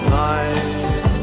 night